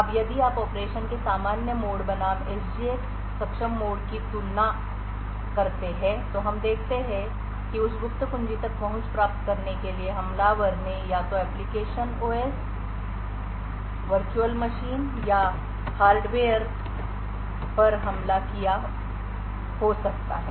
अब यदि आप ऑपरेशन के सामान्य मोड बनाम एसजीएक्स सक्षम मोड की तुलना करते हैं तो हम देखते हैं कि उस गुप्त कुंजी तक पहुंच प्राप्त करने के लिए हमलावर ने या तो एप्लिकेशन ओएस वर्चुअल मशीन या हार्डवेयर पर हमला किया हो सकता है